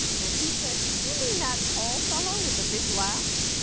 and he said, you mean that tall fellow with the big laugh?